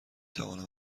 توانم